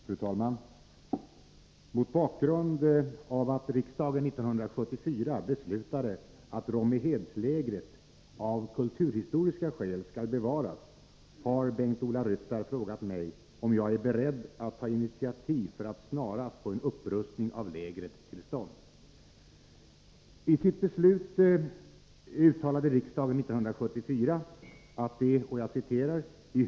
Fru talman! Mot bakgrund av att riksdagen 1974 beslutade att Rommehedslägret av kulturhistoriska skäl skall bevaras har Bengt-Ola Ryttar frågat mig om jag är beredd att ta initiativ för att snarast få en upprustning av lägret till stånd.